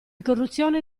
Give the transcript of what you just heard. corruzione